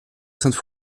sainte